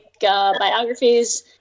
biographies